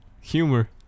Humor